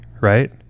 right